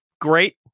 great